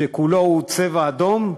שכולו "צבע אדום",